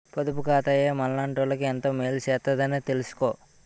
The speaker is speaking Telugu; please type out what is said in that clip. పొదుపు ఖాతాయే మనలాటోళ్ళకి ఎంతో మేలు సేత్తదని తెలిసుకో